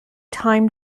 time